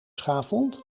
schaafwond